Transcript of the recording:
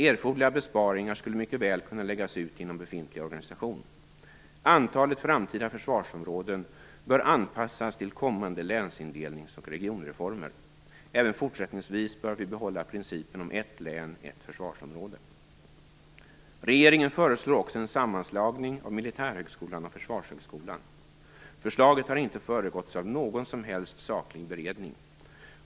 Erforderliga besparingar skulle mycket väl kunna läggas ut inom befintlig organisation. Antalet framtida försvarsområden bör anpassas till kommande länsindelnings och regionreformer. Även fortsättningsvis bör vi behålla principen om ett län-ett försvarsområde. Regeringen föreslår också en sammanslagning av Militärhögskolan och Försvarshögskolan. Förslaget har inte föregåtts av någon som helst saklig beredning.